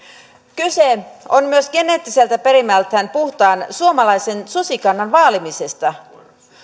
kyse on myös geneettiseltä perimältään puhtaan suomalaisen susikannan vaalimisesta